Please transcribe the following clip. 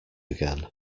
again